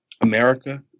America